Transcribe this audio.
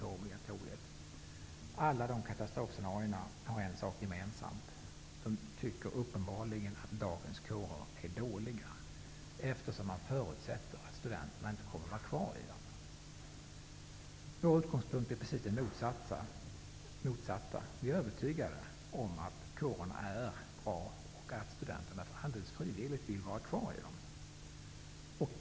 Alla som har målat upp dessa katastrofscenarion har en sak gemensamt: de tycker uppenbarligen att dagens kårer är dåliga, eftersom de förutsätter att studenterna inte kommer att stanna kvar i dem. Vår utgångspunkt är precis den motsatta. Vi är övertygade om att kårerna är bra och att studenterna alldeles frivilligt vill vara kvar i dem.